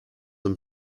and